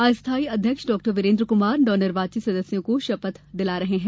अस्थाई अध्यक्ष डॉ विरेन्द्र कुमार नवनिर्वाचित सदस्यों को पद की शपथ दिला रहे हैं